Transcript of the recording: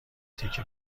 تکه